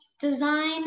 design